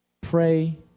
Pray